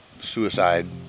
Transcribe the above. Suicide